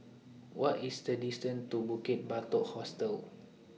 What IS The distance to Bukit Batok Hostel